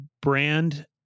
brand